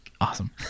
Awesome